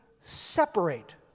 separate